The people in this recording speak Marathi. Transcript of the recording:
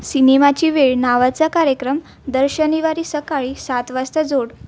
सिनेमाची वेळ नावाचा कार्यक्रम दर शनिवारी सकाळी सात वाजता जोड